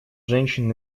женщин